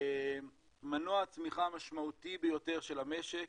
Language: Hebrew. מנוע הצמיחה משמעותי ביותר של המשק